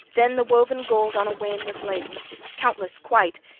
then the woven gold on a wain was laden countless quite!